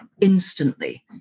instantly